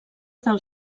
del